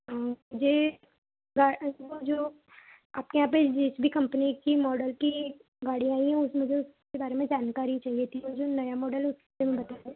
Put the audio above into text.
हाँ जी जो आपके यहाँ पर जिस भी कंपनी की मॉडल की गाड़ी आई हैं जो मुझे उसके बारे में जानकारी चाहिए थी और जो नया मॉडल है उसके बारे में